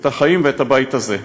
את החיים ואת הבית הזה.